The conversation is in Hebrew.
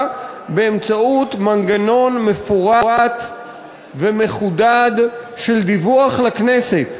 באמצעות מנגנון מפורט ומחודד של דיווח לכנסת,